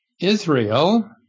Israel